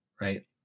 right